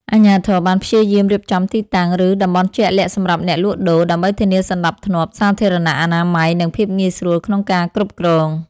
អាជ្ញាធរបានព្យាយាមរៀបចំទីតាំង ឬ តំបន់ជាក់លាក់សម្រាប់អ្នកលក់ដូរ ដើម្បីធានាសណ្តាប់ធ្នាប់សាធារណៈ អនាម័យ និងភាពងាយស្រួលក្នុងការគ្រប់គ្រង ។